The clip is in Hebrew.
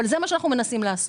אבל זה מה שאנחנו מנסים לעשות.